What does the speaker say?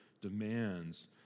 demands